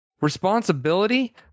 responsibility